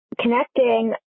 connecting